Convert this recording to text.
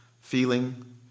feeling